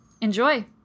Enjoy